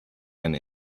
and